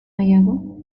nahiago